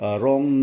wrong